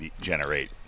generate